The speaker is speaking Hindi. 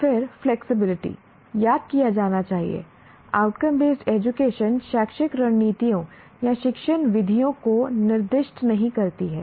और फिर फ्लैक्सिबिलिटी याद किया जाना चाहिए आउटकम बेस्ड एजुकेशन शैक्षिक रणनीतियों या शिक्षण विधियों को निर्दिष्ट नहीं करती है